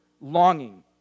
Longing